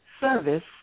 service